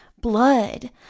blood